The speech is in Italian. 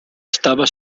stava